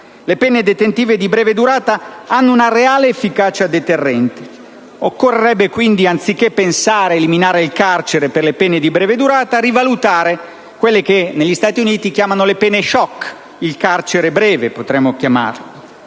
Le pene detentive di breve durata hanno una reale efficacia deterrente. Occorrerebbe, quindi, anziché pensare di eliminare il carcere per le pene di breve durata, rivalutare quelle che negli Stati Uniti chiamano «pene *choc*», il carcere breve. La Costituzione